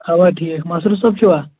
اَوہ ٹھیٖک مسروٗر صٲب چھِوا